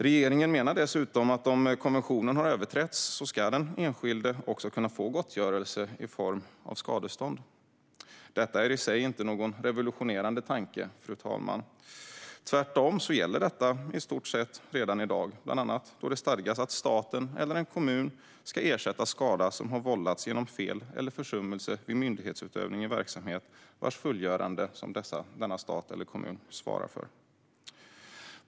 Regeringen menar dessutom att om konventionen har överträtts ska den enskilde kunna få gottgörelse i form av skadestånd. Detta är i sig inte någon revolutionerande tanke, fru talman. Tvärtom gäller detta i stort sett redan i dag, då det bland annat stadgas att staten eller en kommun ska ersätta skada som vållats genom fel eller försummelse vid myndighetsutövning i verksamhet vars fullgörande staten eller kommunen svarar för.